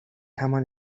همان